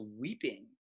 weeping